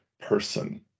person